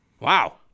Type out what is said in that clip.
Wow